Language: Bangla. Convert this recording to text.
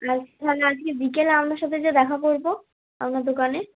আচ্ছা তাহলে আজকে বিকেলে আপনার সাথে যেয়ে দেখা করব আপনার দোকানে